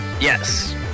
Yes